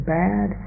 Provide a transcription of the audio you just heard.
bad